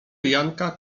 janka